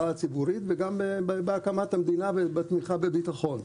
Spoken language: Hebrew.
הציבורית גם בהקמת המדינה ובתמיכה בביטחון.